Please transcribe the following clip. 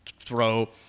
throw